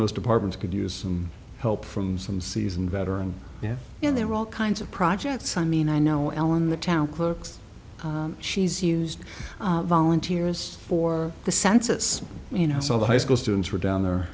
most departments could use some help from some seasoned veteran yeah and there are all kinds of projects i mean i know ellen the town clerks she's used volunteers for the census you know some of the high school students were down there